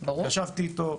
ישבתי איתו,